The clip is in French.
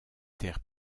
terres